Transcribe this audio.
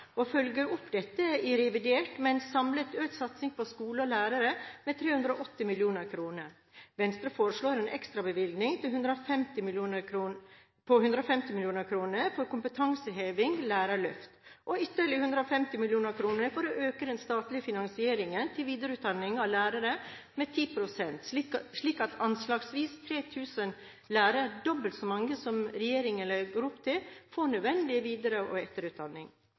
og vi følger dette opp i revidert budsjett med en samlet økt satsing på skole og lærere med 380 mill. kr. Venstre foreslår en ekstrabevilgning på 150 mill. kr for kompetanseheving/lærerløft og ytterligere 150 mill. kr for å øke den statlige finansieringen til videreutdanning av lærere med 10 pst., slik at anslagsvis 3 000 lærere – dobbelt så mange som regjeringen legger opp til – får nødvendig etter- og